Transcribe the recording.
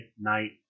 Night